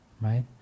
right